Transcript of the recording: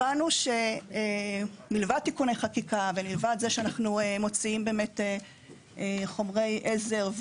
הבנו שמלבד תיקוני חקיקה ומלבד זה שאנחנו מוציאים באמת חומרי עזר,